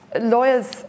lawyers